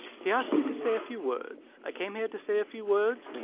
he asked me to say a few words. i came here to say a few words,